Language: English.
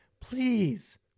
please